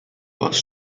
bus